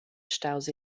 staus